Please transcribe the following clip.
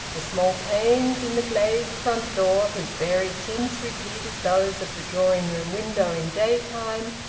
the small panes in the glazed front door, whose varied tints repeated those of the drawing-room window in daytime,